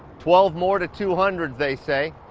twelve more to two hundred they say.